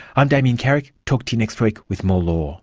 i'm damien carrick, talk to you next week with more law